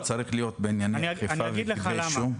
צריך להיות בעניין אכיפה וכתבי אישום?